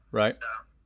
right